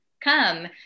come